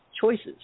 choices